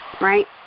right